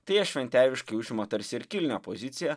tai jie šventeiviškai užima tarsi ir kilnią poziciją